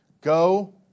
Go